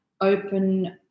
open